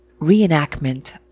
reenactment